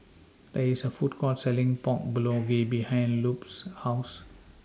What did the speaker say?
There IS A Food Court Selling Pork Bulgogi behind Lupe's House